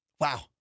Wow